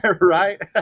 Right